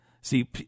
See